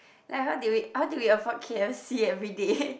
like how did we how did we afford K_F_C everyday